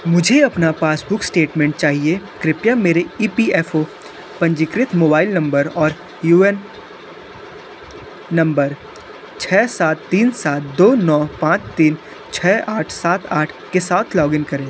मुझे अपना passbook statement चाहिए कृपया मेरे ई पी एफ़ ओ पंजीकृत मोबाइल नंबर और यू ए एन नंबर छः सात तीन सात दो नौ पाँच तीन छः आठ सात आठ के साथ लॉगिन करें